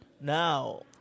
Now